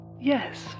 Yes